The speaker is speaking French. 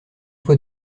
toi